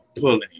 pulling